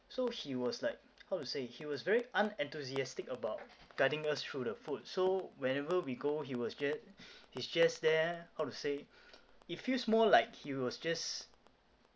so he was like how to say he was very unenthusiastic about guiding us through the food so whenever we go he was ju~ he's just there how to say it feels more like he was just